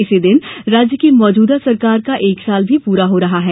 इसी दिन राज्य की मौजूदा सरकार का एक वर्ष भी पूरा हो रहा है